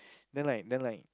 then like then like